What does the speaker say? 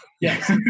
Yes